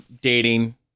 dating